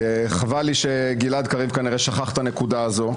חבל לי שגלעד קריב כנראה שכח את הנקודה הזאת.